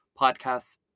podcast